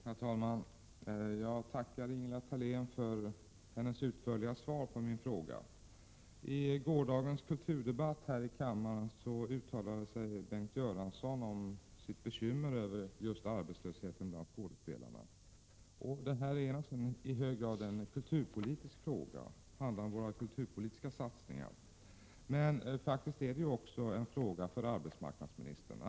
Herr talman! Jag tackar Ingela Thalén för hennes utförliga svar på min fråga. I gårdagens kulturdebatt här i kammaren uttalade Bengt Göransson sitt bekymmer över just arbetslösheten bland skådespelarna. Detta är naturligtvis i hög grad en kulturpolitisk fråga — det handlar om våra kulturpolitiska satsningar. Men det är faktiskt också en fråga för arbetsmarknadsministern.